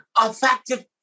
effective